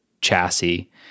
chassis